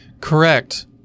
Correct